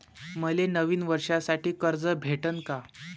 मले नवीन वर्षासाठी कर्ज भेटन का?